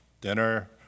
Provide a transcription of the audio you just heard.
dinner